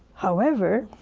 however,